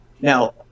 Now